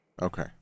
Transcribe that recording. Okay